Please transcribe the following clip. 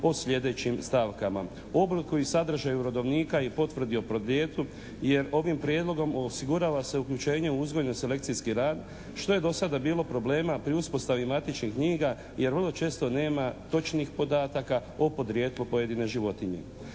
o sljedećim stavkama: obliku i sadržaju rodovnika i potvrdi o podrijetlu jer ovim Prijedlogom osigurava se uključuje u uzgojno-selekcijski rad što je do sada bilo problema pri uspostavi matičnih knjiga jer vrlo često nema točnih podataka o podrijetlu pojedine životinje.